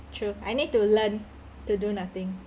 true I need to learn to do nothing